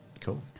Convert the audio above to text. Cool